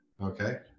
okay